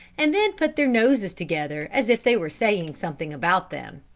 and then put their noses together as if they were saying something about them.